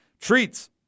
Treats